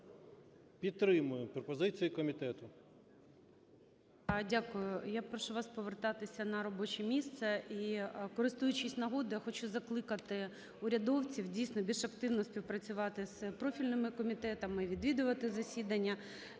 Підтримуємо пропозицію комітету.